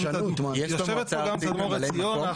יושבת פה גם תדמור עציון,